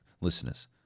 listeners